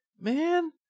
man